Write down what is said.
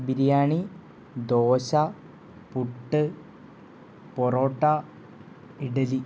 biryani dosa puttu parotta idli